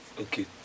Okay